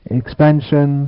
expansion